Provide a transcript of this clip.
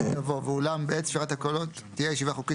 יבוא "ואולם בעת ספירת הקולות תהיה הישיבה חוקית